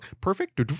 perfect